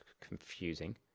confusing